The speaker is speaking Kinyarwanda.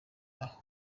aha